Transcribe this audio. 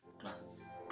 classes